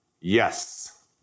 yes